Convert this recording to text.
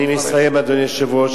אני מסיים, אדוני היושב-ראש.